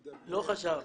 מדבר --- לא חשב.